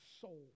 soul